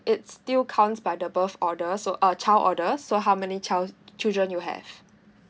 it still counts by the birth order so uh child order so how many child children you have